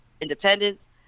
independence